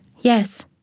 yes